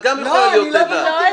את גם יכולה להיות עדה.